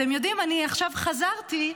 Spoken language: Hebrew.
אתם יודעים, אני עכשיו חזרתי,